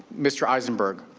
mr. eisenberg.